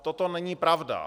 Toto není pravda.